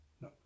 no